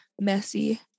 messy